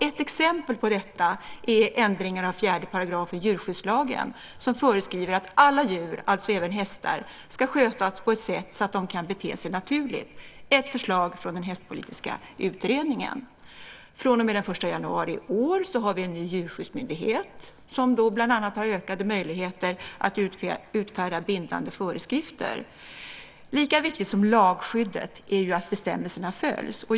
Ett exempel på detta är ändringar av 4 § djurskyddslagen, som föreskriver att alla djur, alltså även hästar, ska skötas på ett sätt så att de kan bete sig naturligt. Det är ett förslag från den hästpolitiska utredningen. Från och med den 1 januari i år har vi en ny djurskyddsmyndighet, som bland annat har ökade möjligheter att utfärda bindande föreskrifter. Lika viktigt som lagskyddet är att bestämmelserna följs.